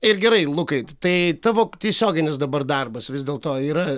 ir gerai lukai tai tavo tiesioginis dabar darbas vis dėlto yra